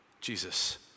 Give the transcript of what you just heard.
Jesus